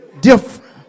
different